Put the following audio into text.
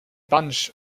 bunch